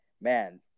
man